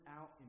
out